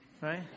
right